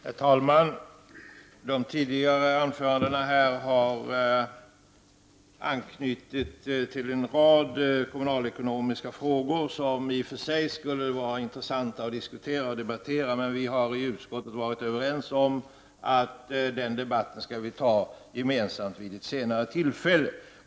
Herr talman! De tidigare anförandena har anknutit till en rad kommunalekonomiska frågor som i och för sig skulle vara intressanta att debattera, men vi har i utskottet varit överens om att vi skall föra den debatten vid ett senare tillfälle.